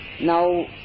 Now